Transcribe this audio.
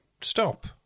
stop